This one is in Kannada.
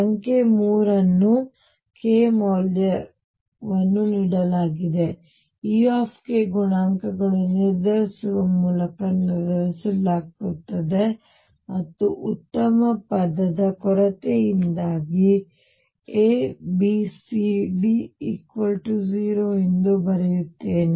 ಸಂಖ್ಯೆ 3 ಅನ್ನು k ಮೌಲ್ಯವನ್ನು ನೀಡಲಾಗಿದೆ E ಗುಣಾಂಕಗಳನ್ನು ನಿರ್ಧರಿಸುವ ಮೂಲಕ ನಿರ್ಧರಿಸಲಾಗುತ್ತದೆ ಮತ್ತು ಉತ್ತಮ ಪದದ ಕೊರತೆಯಿಂದಾಗಿ ನಾನು A B C D 0 ಬರೆಯುತ್ತೇನೆ